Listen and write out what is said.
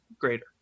greater